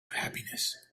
happiness